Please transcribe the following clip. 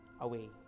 away